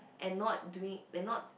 and not doing and not